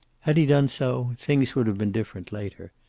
had he done so, things would have been different later.